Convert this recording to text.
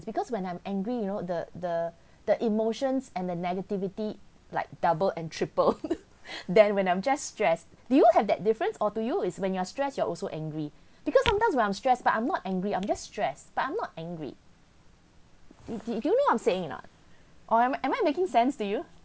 because when I'm angry you know the the the emotions and the negativity like double and triple then when I'm just stress do you have that difference or to you is when you are stress you are also angry because sometimes when I'm stress but I'm not angry I'm just stress but I'm not angry do do you know what I'm saying or not or am I making sense to you